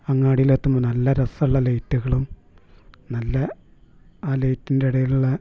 അങ്ങാടിയിലെത്തുമ്പോൾ നല്ല രസമുള്ള ലൈറ്റുകളും നല്ല ആ ലൈറ്റിൻ്റെ ഇടയിലുള്ള